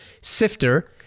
Sifter